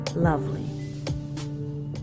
Lovely